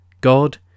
God